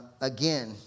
again